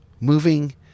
moving